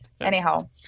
Anyhow